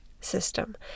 system